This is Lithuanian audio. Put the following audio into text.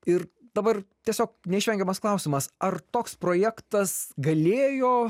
ir dabar tiesiog neišvengiamas klausimas ar toks projektas galėjo